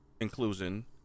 inclusion